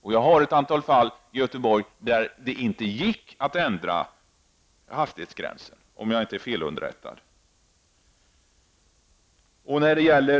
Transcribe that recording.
Jag känner till ett antal fall i Göteborg -- om jag nu inte är felunderrättad -- där det inte har gått att ändra hastighetsgränsen.